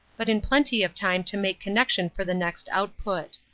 but in plenty of time to make connection for the next output.